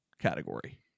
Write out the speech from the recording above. category